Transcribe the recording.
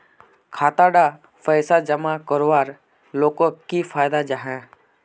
खाता डात पैसा जमा करवार लोगोक की फायदा जाहा?